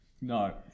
No